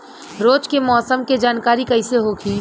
रोज के मौसम के जानकारी कइसे होखि?